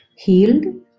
Healed